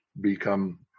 become